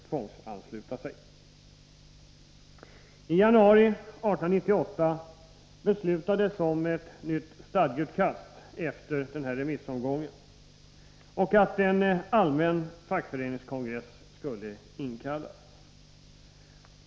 I januari 1898, efter remissomgången, beslutades om ett nytt stadgeutkast och att en allmän fackföreningskongress skulle inkallas.